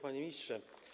Panie Ministrze!